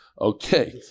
Okay